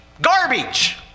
Garbage